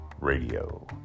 Radio